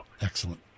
Excellent